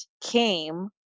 came